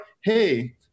hey